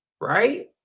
right